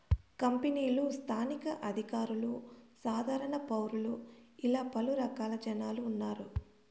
కంపెనీలు స్థానిక అధికారులు సాధారణ పౌరులు ఇలా పలు రకాల జనాలు ఉన్నారు